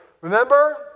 Remember